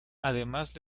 además